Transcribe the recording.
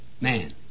Man